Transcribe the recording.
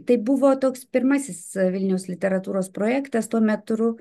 tai buvo toks pirmasis vilniaus literatūros projektas tuo metu